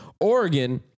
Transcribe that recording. Oregon